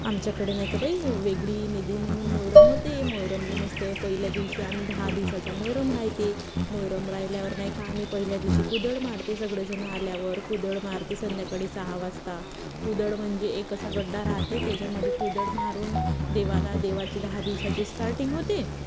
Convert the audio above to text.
आमच्याकडे नाही का बाई वेगळी निधी म्हणून मोहरम होते मोहरमले मस्त पहिल्या दिवशी आम्ही दहा दिवसाचा मोहरम राहते मोहरम राहिल्यावर नाही का आम्ही पहिल्या दिवशी कुदळ मारते सगळेजणं आल्यावर कुदळ मारते संध्याकाळी सहा वाजता कुदळ म्हणजे एक असा गड्डा राहते त्याच्या मध्ये कुदळ मारून देवाला देवाची दहा दिवसाची स्टार्टिंग होते